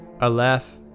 Aleph